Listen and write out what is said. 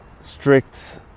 strict